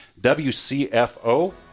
WCFO